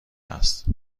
است